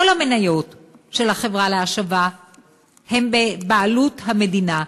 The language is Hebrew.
כל המניות של החברה להשבה הן בבעלות המדינה.